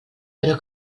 però